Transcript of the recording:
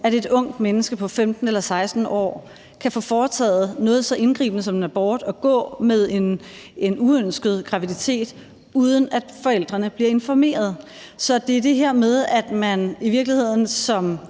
at et ungt menneske på 15 eller 16 år kan få foretaget noget så indgribende som en abort og gå med en uønsket graviditet, uden at forældrene bliver informeret. Så det, vi ikke støtter, er i virkeligheden det